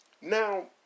now